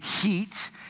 heat